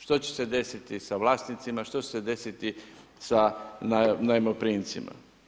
Što će se desiti sa vlasnicima, što će se desiti sa najmoprimcima.